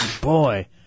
boy